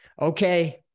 Okay